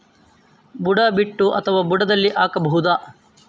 ಬುಡ ಬಿಟ್ಟು ಅಥವಾ ಬುಡದಲ್ಲಿ ಹಾಕಬಹುದಾ?